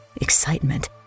excitement